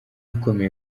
umusingi